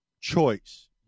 choice